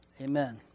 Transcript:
Amen